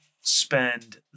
spend